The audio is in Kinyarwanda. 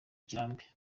kirambi